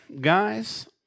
guys